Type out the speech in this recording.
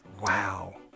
Wow